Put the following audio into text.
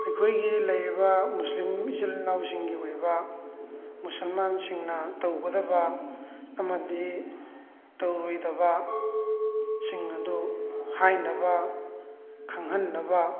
ꯑꯩꯈꯣꯏꯒꯤ ꯂꯩꯔꯤꯕ ꯃꯨꯁꯂꯤꯝ ꯏꯆꯤꯜ ꯏꯅꯥꯎꯁꯤꯡꯒꯤ ꯑꯣꯏꯕ ꯃꯨꯁꯜꯃꯥꯟꯁꯤꯡꯅ ꯇꯧꯒꯗꯕ ꯑꯃꯗꯤ ꯇꯧꯔꯣꯏꯗꯕ ꯁꯤꯡ ꯑꯗꯨ ꯍꯥꯏꯅꯕ ꯈꯪꯍꯟꯅꯕ